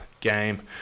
game